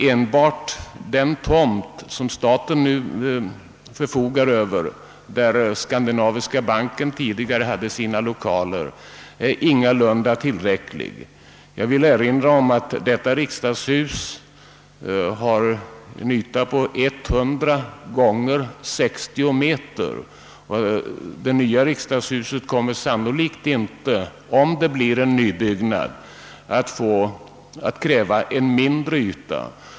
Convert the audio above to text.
Enbart den tomt som staten nu förfogar över, där Skandinaviska banken tidigare hade sina lokaler, är ingalunda tillräcklig. Jag vill erinra om att detta riksdagshus har en yta på 100 x 60 meter. Det nya riksdagshuset kommer sannolikt inte, om det blir en nybyggnad, att kräva en mindre yta.